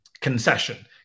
concession